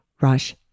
rush